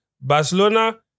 Barcelona